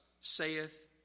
saith